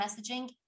messaging